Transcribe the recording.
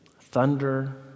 Thunder